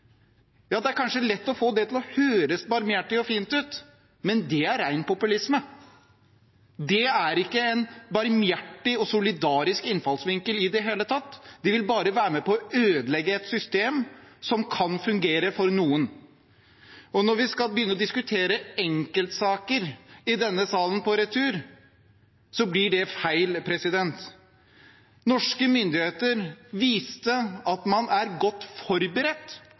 Det er kanskje lett å få det til å høres barmhjertig og fint ut, men det er ren populisme. Det er ikke en barmhjertig og solidarisk innfallsvinkel i det hele tatt. Det vil bare være med på å ødelegge et system som kan fungere for noen. Hvis vi skal begynne å diskutere enkeltsaker om retur i denne salen, blir det feil. Norske myndigheter viste at man er godt forberedt